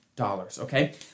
Okay